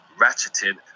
ratcheted